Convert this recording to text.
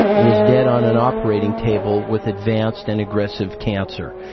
was dead on an operating table with advanced and aggressive cancer.